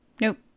Nope